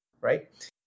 right